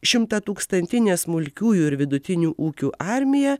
šimtatūkstantinė smulkiųjų ir vidutinių ūkių armija